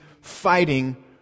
fighting